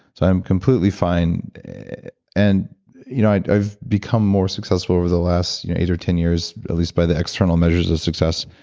so i'm completely fine and you know i've become more successful over the last eight or ten years, at least by the external measures of success,